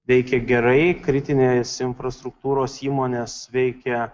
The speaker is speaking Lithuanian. veikia gerai kritinės infrastruktūros įmonės veikia